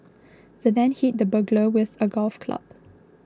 the man hit the burglar with a golf club